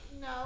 No